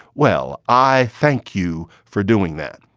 well, i thank you for doing that.